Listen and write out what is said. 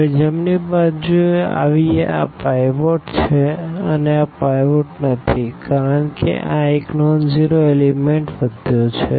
હવે જમણી બાજુ આવીએ આ પાઈવોટ છે અને આ પાઈવોટ નથી કારણ કે આ એક નોન ઝીરો એલિમેન્ટ વધ્યો છે